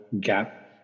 gap